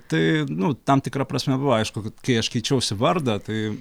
tai nu tam tikra prasme buvo aišku kad kai aš keičiausi vardą tai